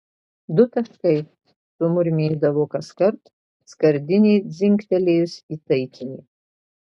du taškai sumurmėdavo kaskart skardinei dzingtelėjus į taikinį